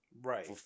Right